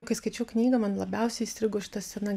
kai skaičiau knygą man labiausiai įstrigo šita scena